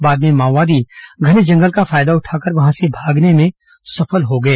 बाद में माओवादी घने जंगल का फायदा उठाकर वहां से भागने में सफल हो गए